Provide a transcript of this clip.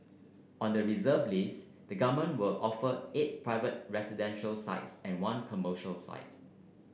on the reserve list the government will offer eight private residential sites and one commercial sites